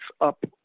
up